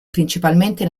principalmente